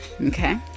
Okay